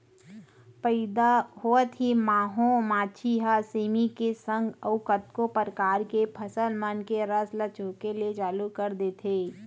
पइदा होवत ही माहो मांछी ह सेमी के संग अउ कतको परकार के फसल मन के रस ल चूहके के चालू कर देथे